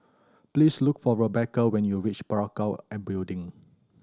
please look for Rebecca when you reach Parakou and Building